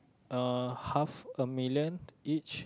uh half a million each